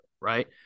right